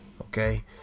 okay